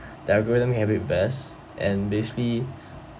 the algorithm help you invest and basically